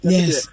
Yes